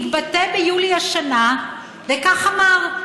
התבטא ביולי השנה וכך אמר: